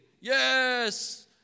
Yes